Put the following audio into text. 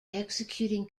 executing